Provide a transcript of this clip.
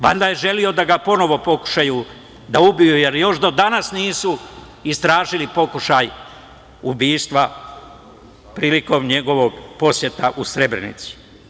Valjda je želeo da ponovo pokušaju da ga ubiju, jer još do danas nisu istražili pokušaj ubistva prilikom njegove posete Srebrenici.